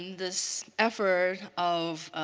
this effort of